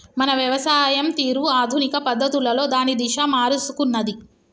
మన వ్యవసాయం తీరు ఆధునిక పద్ధతులలో దాని దిశ మారుసుకున్నాది